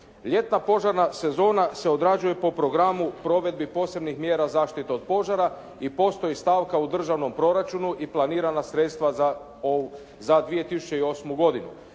Ljetna požarna sezona se odrađuje po programu provedbi posebnih mjera zaštite od požara i postoji stavka u državnom proračunu i planirana sredstva za 2008. godinu.